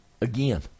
again